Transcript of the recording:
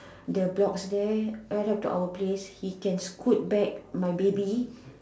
the blocks there right up to our place he can scoot back my baby